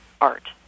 art